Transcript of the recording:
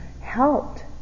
helped